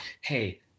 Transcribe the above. hey